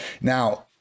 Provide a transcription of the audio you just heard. Now